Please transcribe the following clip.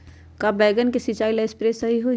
का बैगन के सिचाई ला सप्रे सही होई?